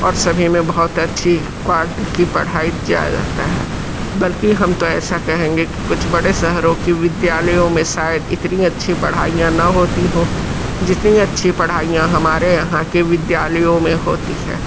और सभी में बहुत अच्छी क्वालटी की पढ़ाई ज्या जाता है बल्कि हम तो ऐसा कहेंगे कि कुछ बड़े शहरों की विद्यालयों में शायद इतनी अच्छी पढ़ाईयाँ न होती हों जितनी अच्छी पढ़ाईयाँ हमारे यहाँ के विद्यालयों में होती है